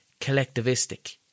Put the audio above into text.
collectivistic